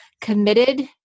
committed